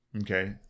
Okay